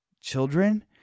children